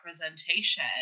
representation